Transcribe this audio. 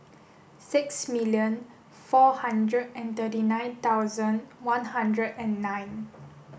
six million four hundred and thirty nine thousand one hundred and nine